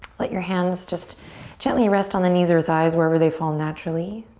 let your hands just gently rest on the knees or thighs, wherever they fall naturally.